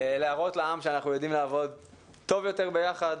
להראות לעם שאנחנו יודעים לעבוד טוב יותר ביחד.